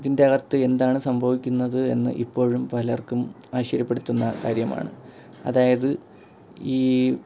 ഇതിൻറ്റകത്ത് എന്താണ് സംഭവിക്കുന്നത് എന്ന് ഇപ്പോഴും പലർക്കും ആശ്ചര്യപ്പെടുത്തുന്ന കാര്യമാണ് അതായത് ഈ